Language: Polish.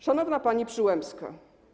Szanowna Pani Przyłębska!